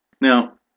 Now